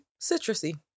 Citrusy